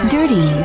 Dirty